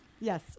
Yes